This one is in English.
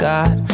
God